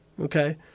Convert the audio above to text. Okay